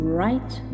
right